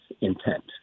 intent